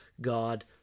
God